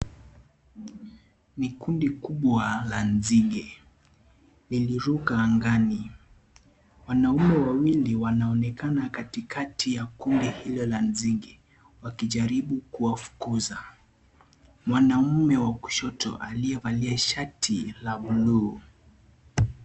Ni kundi kubwa la nzige. Liliruka angani. Wanaume wawili wanaonekana katikati ya kundi hilo la nzige. Wakijaribu kuwafukiza. Mwanamme wa kushoto, aliyevalia shati la blue .